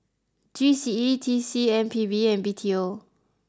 G C E T C M P B and B T O